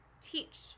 teach